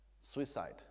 suicide